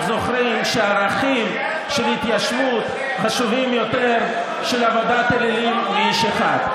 זוכרים שערכים של התיישבות חשובים יותר מעבודת אלילים לאיש אחד.